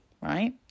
right